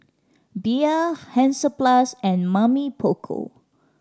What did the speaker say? Bia Hansaplast and Mamy Poko